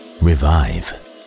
revive